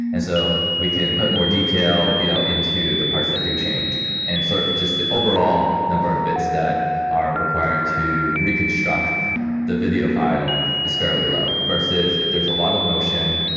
and so we can put more detail you know into the parts that do change and sort of just the overall number of bits that are required to reconstruct the video file is fairly low, versus if there's a lot of motion,